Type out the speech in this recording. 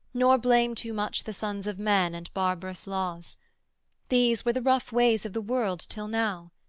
nor blame too much the sons of men and barbarous laws these were the rough ways of the world till now.